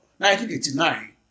1989